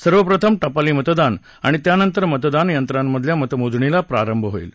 सर्वप्रथम टपाली मतदान आणि त्यानंतर मतदान यंत्रांमधल्या मतमोजणीला प्रारंभ होईल